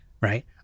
right